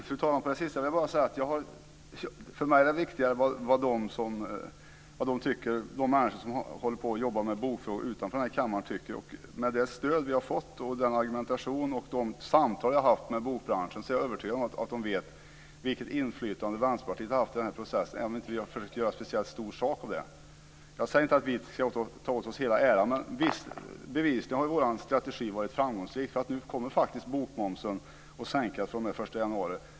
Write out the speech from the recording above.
Fru talman! För mig är det viktigare vad de människor som håller på med bokfrågor utanför kammaren tycker. Med det stöd vi har fått, den argumentation och de samtal jag har haft med bokbranschen, är jag övertygad om att de vet vilket inflytande Vänsterpartiet har haft i denna process, även om vi inte har försökt att göra en speciellt stor sak av detta. Jag säger inte att vi ska ta åt oss hela äran, men bevisligen har vår strategi varit framgångsrik. Nu kommer bokmomsen att sänkas den 1 januari.